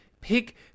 Pick